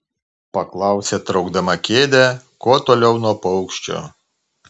paklausė traukdama kėdę kuo toliau nuo paukščio